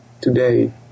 today